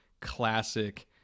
classic